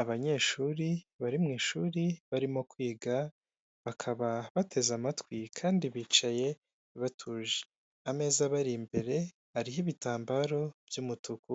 Abanyeshuri bari mu ishuri barimo kwiga bakaba bateze amatwi kandi bicaye batuje, ameza abari imbere ariho ibitambaro by'umutuku